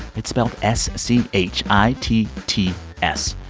it's spelled s c h i t t s.